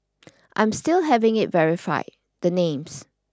I'm still having it verified the names